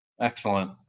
Excellent